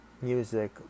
music